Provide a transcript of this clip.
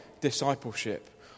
discipleship